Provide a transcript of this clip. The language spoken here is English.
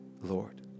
Lord